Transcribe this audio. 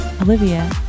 Olivia